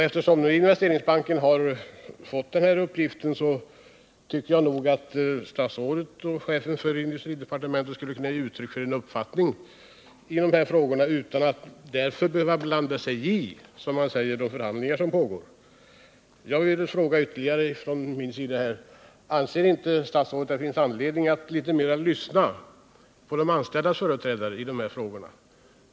Eftersom Investeringsbanken har fått detta uppdrag, tycker jag att statsrådet och chefen för industridepartementet skulle kunna ge uttryck för en uppfattning i dessa frågor utan att det behöver betraktas som en inblandning i de förhandlingar som pågår. Jag vill därför fråga ytterligare: Anser inte statsrådet att det finns anledning att lyssna mer på de anställdas företrädare?